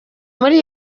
muri